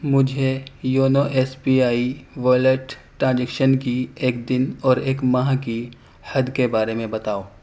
مجھے YONO S B I wallet transaction کی ایک دِن اور ایک ماہ کی حد کے بارے میں بتاؤ